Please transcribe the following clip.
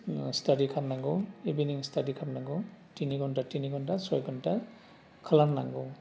study खालामनांगौ इभिनिं study खालामनांगौ थिनि घण्टा थिनि घण्टा सय घण्टा खालामनांगौ